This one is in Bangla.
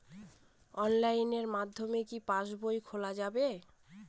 অনলাইনের মাধ্যমে কি পাসবই খোলা যাবে?